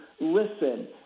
listen